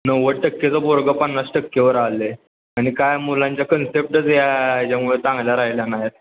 नव्वद टक्केचं पोरगं पन्नास टक्केवर आलं आहे आणि काय मुलांच्या कन्सेप्टच या ह्याच्यामुळे चांगल्या राहिल्या नाहीत